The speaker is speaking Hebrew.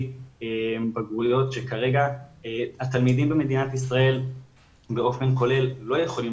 יש לנו בגרויות שכרגע תלמידים במדינת ישראל באופן כולל לא יכולים